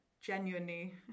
genuinely